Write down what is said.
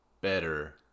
better